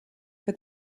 for